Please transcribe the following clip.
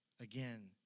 Again